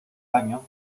daño